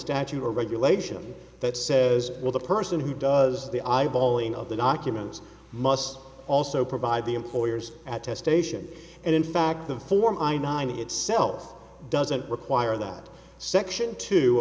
statute or regulation that says well the person who does the eyeballing of the documents must also provide the employers at test ation and in fact the form i nine itself doesn't require that section t